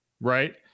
right